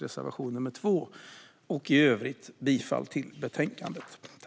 I övrigt yrkar jag bifall till förslaget i betänkandet.